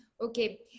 Okay